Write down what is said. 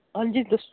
ਹਾਂਜੀ ਦੱਸੋ